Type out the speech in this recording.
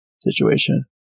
situation